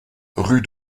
rue